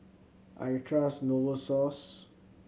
I trust Novosource